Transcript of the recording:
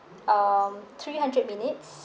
um three hundred minutes